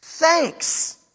Thanks